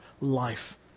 life